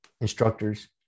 instructors